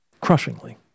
crushingly